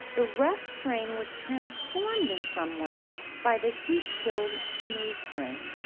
the rough strain was transformed in some way by the heat-killed smooth strain.